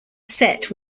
set